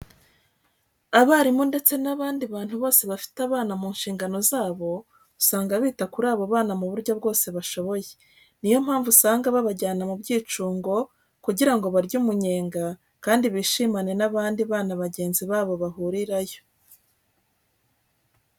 Abarimu ndetse n'abandi bantu bose bafite abana mu nshingano zabo, usanga bita kuri abo bana mu buryo bwose bashoboye. Ni yo mpamvu usanga babajyana mu byicungo kugira ngo barye umunyenga kandi bishimane n'abandi bana bagenzi babo bahurirayo.